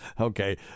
okay